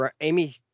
Amy